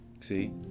See